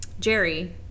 Jerry